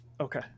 Okay